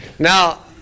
Now